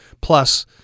Plus